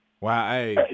Wow